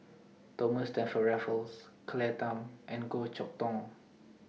Thomas Stamford Raffles Claire Tham and Goh Chok Tong